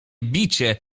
bicie